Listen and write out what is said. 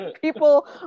people